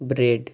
bread